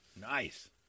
Nice